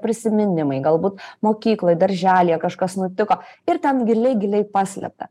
prisiminimai galbūt mokykloj darželyje kažkas nutiko ir ten giliai giliai paslėpta